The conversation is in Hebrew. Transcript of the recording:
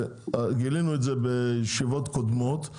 וגילינו את זה בישיבות קודמים,